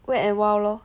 Wet and Wild lor